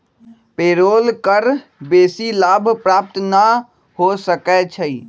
payroll कर बेशी लाभ प्राप्त न हो सकै छइ